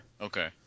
Okay